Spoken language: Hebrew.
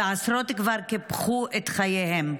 ועשרות כבר קיפחו את חייהם.